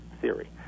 theory